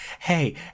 Hey